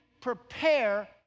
prepare